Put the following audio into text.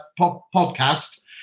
podcast